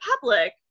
public